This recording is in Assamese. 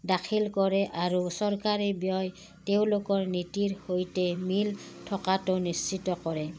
দাখিল কৰে আৰু চৰকাৰে ব্যয় তেওঁলোকৰ নীতিৰ সৈতে মিল থকাটো নিশ্চিত কৰে